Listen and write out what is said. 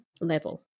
level